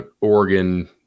Oregon